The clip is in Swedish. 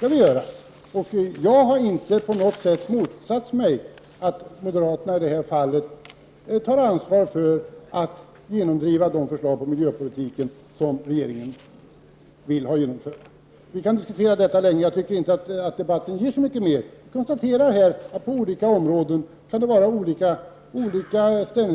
som vi gör. Jag har inte på något sätt motsatt mig att moderaterna i det här fallet tar ansvar för att genomdriva de förslag på miljöpolitikens område som regeringen vill få igenom. Det är inte någon mening att diskutera detta längre. Debatten ger inte så mycket mera. Jag konstaterar att det kan finnas olika ställningstaganden på olika områden.